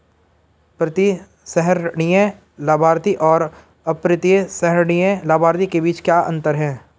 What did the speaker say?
प्रतिसंहरणीय लाभार्थी और अप्रतिसंहरणीय लाभार्थी के बीच क्या अंतर है?